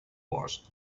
wars